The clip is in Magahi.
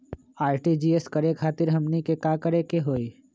आर.टी.जी.एस करे खातीर हमनी के का करे के हो ई?